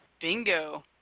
bingo